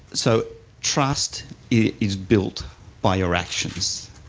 so trust is built by your actions.